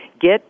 get